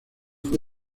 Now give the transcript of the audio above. fue